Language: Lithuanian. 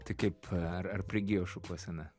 tai kaip ar ar prigijo šukuosena